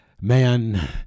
man